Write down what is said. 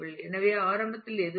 எனவே ஆரம்பத்தில் எதுவும் இல்லை